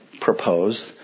proposed